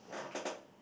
yeah